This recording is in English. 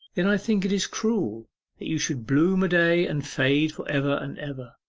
then i think it is cruel that you should bloom a day, and fade for ever and ever.